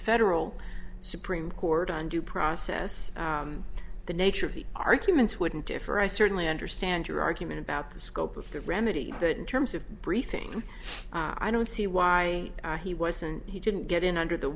federal supreme court on due process the nature of the arguments wouldn't differ i certainly understand your argument about the scope of the remedy that in terms of briefing i don't see why he wasn't he didn't get in under the